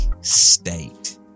state